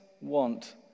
want